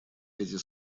эти